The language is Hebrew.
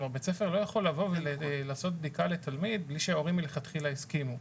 כלומר בית ספר לא יכול לעשות בדיקה לתלמיד בלי שההורים מלכתחילה הסכימו.